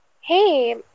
Hey